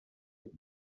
with